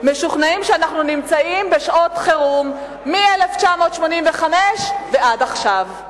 משוכנעים שאנחנו נמצאים בשעות חירום מ-1985 ועד עכשיו.